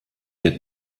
der